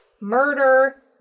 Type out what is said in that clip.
Murder